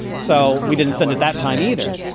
so we didn't send at that time either.